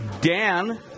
Dan